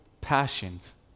passions